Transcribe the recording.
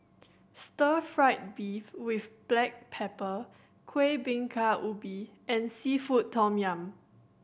stir fried beef with black pepper Kueh Bingka Ubi and seafood tom yum